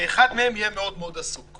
שאחד מהם יהיה מאוד מאוד עסוק,